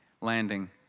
landing